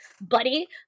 buddy